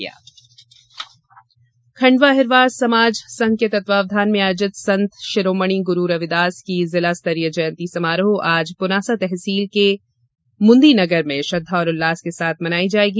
संत रविदास खंडवा अहिरवार समाज संघ के तत्वावधान में आयोजित संत शिरोमणि गुरु रविदास की जिला स्तरीय जयंती समारोह आज पुनासा तहसील के मुंदी नगर मे श्रद्दा और उल्लास के साथ मनाई जायेगी